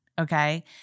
Okay